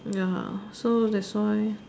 ya so that's why